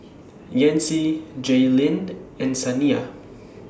Yancy Jaylyn and Saniya